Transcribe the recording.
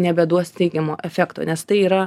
nebeduos teigiamo efekto nes tai yra